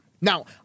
Now